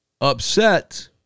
upset